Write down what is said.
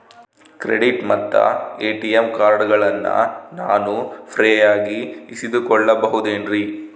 Credit ಮತ್ತ ATM ಕಾರ್ಡಗಳನ್ನ ನಾನು ಫ್ರೇಯಾಗಿ ಇಸಿದುಕೊಳ್ಳಬಹುದೇನ್ರಿ?